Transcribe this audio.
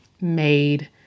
made